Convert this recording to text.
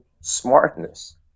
smartness